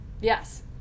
Yes